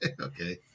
Okay